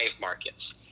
markets